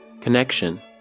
Connection